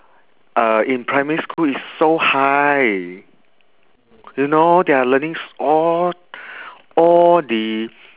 uh in primary school is so high you know they are learning all all the